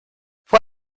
fue